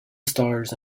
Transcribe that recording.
stars